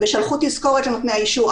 שלחו תזכורת לנותני האישור,